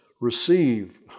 receive